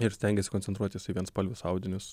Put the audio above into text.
ir stengiasi koncentruotis į vienspalvius audinius